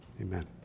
amen